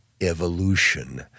evolution